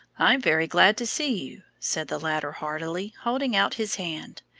i'm very glad to see you, said the latter, heartily, holding out his hand.